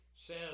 says